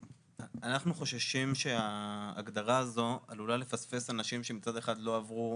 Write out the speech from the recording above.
אנחנו חוששים שההגדרה הזו עלולה לפספס אנשים שמצד אחד לא עברו